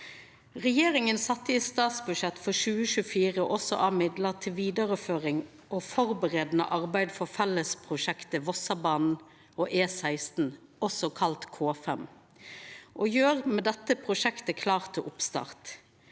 Regjeringa sette i statsbudsjettet for 2024 også av midlar til vidareføring og førebuande arbeid for fellesprosjektet Vossebanen og E16, også kalla K5, og gjer prosjektet med dette klart til oppstart.